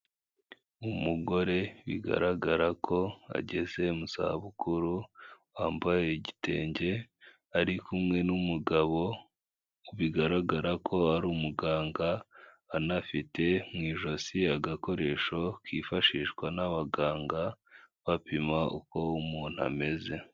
Uyu ni umugore bigaragara ko ageze mu za bukuru, wambaye igitenge, ari kumwe n'umugabo bigaragara ko ari umuganga anafite mu ijosi agakoresho kifashishwa n'abaganga bapima uko umuntu ameze.